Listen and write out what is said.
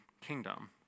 kingdom